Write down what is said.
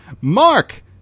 Mark